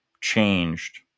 changed